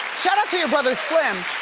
shoutout to your brother slim.